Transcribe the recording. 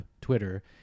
Twitter